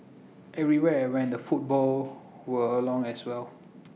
everywhere I went the football were along as well